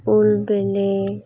ᱩᱞ ᱵᱤᱞᱤ